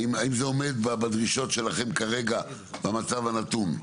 האם זה עומד בדרישות שלכם כרגע במצב הנתון?